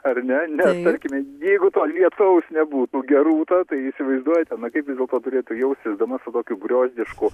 ar ne nes tarkime jeigu to lietaus nebūtų gerūta tai įsivaizduojate na kaip vis dėlto turėtų jaustis dama su tokiu griozdišku